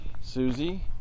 Susie